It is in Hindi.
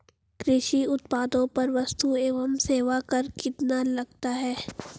कृषि उत्पादों पर वस्तु एवं सेवा कर कितना लगता है?